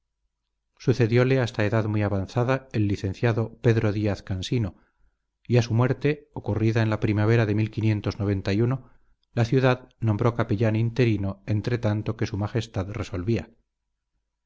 fundación sucedióle hasta edad muy avanzada el licenciado pedro díaz cansino y a su muerte ocurrida en la primavera de la ciudad nombró capellán interino entretanto que s m resolvía